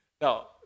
Now